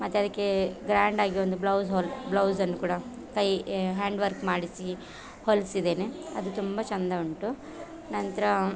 ಮತ್ತು ಅದಕ್ಕೆ ಗ್ರ್ಯಾಂಡಾಗಿ ಒಂದು ಬ್ಲೌಸ್ ಹೊಲಿ ಬ್ಲೌಸನ್ನು ಕೂಡ ಕೈ ಹ್ಯಾಂಡ್ ವರ್ಕ್ ಮಾಡಿಸಿ ಹೊಲ್ಸಿದ್ದೇನೆ ಅದು ತುಂಬ ಚೆಂದ ಉಂಟು ನಂತರ